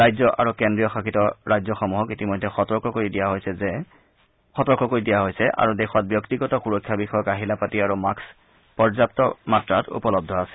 ৰাজ্য আৰু কেন্দ্ৰীয় শাসিত ৰাজ্যসমূহক ইতিমধ্যে সতৰ্ক কৰি দিয়া হৈছে আৰু দেশত ব্যক্তিগত সুৰক্ষা বিষয়ক আহিলা পাতি আৰু মাস্থ পৰ্যাপু মাত্ৰাত উপলব্ধ আছে